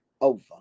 over